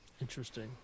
Interesting